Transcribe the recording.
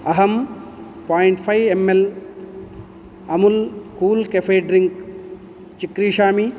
अहं point five M L Amul cool cafe drink चिक्रीषामि